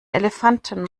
elefanten